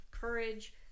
courage